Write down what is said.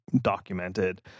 documented